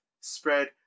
spread